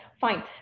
fine